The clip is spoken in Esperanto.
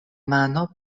mano